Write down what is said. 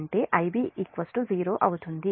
అంటే Ib 0 అవుతుంది